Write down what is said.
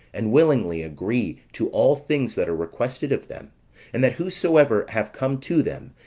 and willingly agree to all things that are requested of them and that whosoever have come to them,